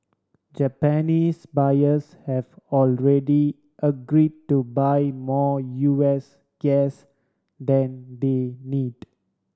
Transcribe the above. Japanese buyers have already agree to buy more U S gas than they need